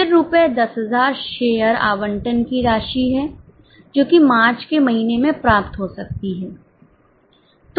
फिर रुपये 10000 शेयर आवंटन की राशि है जो कि मार्च के महीने में प्राप्त हो सकती है